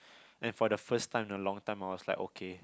and then for the first time a long time I was like okay